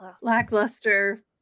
Lackluster